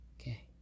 Okay